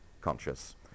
conscious